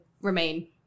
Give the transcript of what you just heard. remain